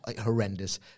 Horrendous